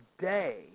day